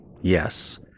yes